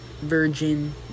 Virgin